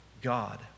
God